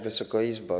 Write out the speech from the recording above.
Wysoka Izbo!